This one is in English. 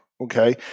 okay